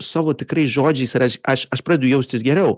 savo tikrais žodžiais ir aš aš aš pradedu jaustis geriau